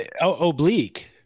oblique